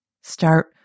Start